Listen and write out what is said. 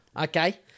okay